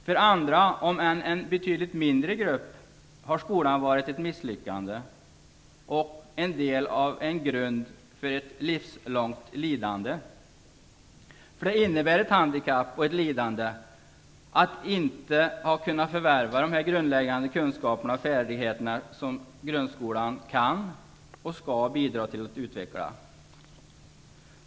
För andra, om än en betydligt mindre grupp, har skolan varit ett misslyckande och utgjort en grund för ett livslångt lidande. För det innebär ett handikapp och ett lidande att inte ha kunnat förvärva de grundläggande kunskaperna och färdigheterna som grundskolan kan och skall bidra till att utveckla.